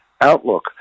outlook